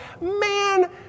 Man